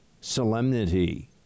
solemnity